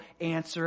answer